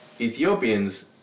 Ethiopians